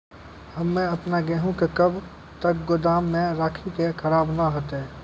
हम्मे आपन गेहूँ के कब तक गोदाम मे राखी कि खराब न हते?